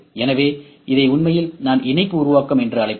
எனவே இதை உண்மையில் நான் இணைப்பு உருவாக்கம் என்று அழைப்பேன்